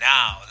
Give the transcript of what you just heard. Now